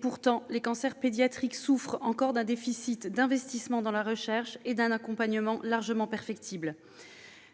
Pourtant, les cancers pédiatriques souffrent d'un déficit d'investissement dans la recherche et d'un accompagnement largement perfectible. Certes,